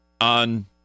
on